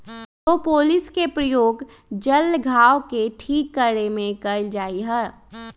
propolis के प्रयोग जल्ल घाव के ठीक करे में कइल जाहई